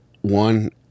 One